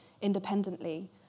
independently